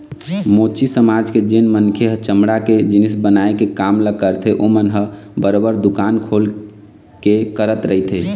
मोची समाज के जेन मनखे ह चमड़ा के जिनिस बनाए के काम ल करथे ओमन ह बरोबर दुकान खोल के करत रहिथे